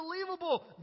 unbelievable